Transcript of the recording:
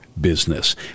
Business